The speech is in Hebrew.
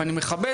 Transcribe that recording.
ואני מכבד.